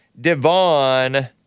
Devon